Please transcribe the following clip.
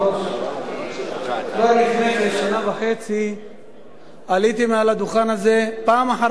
כבר לפני כשנה וחצי עליתי לדוכן הזה פעם אחר פעם